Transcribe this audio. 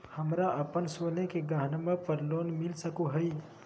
हमरा अप्पन सोने के गहनबा पर लोन मिल सको हइ?